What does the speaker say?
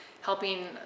helping